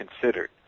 considered